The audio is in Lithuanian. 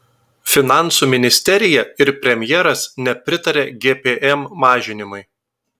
finansų ministerija ir premjeras nepritaria gpm mažinimui